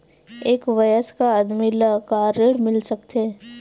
एक वयस्क आदमी ल का ऋण मिल सकथे?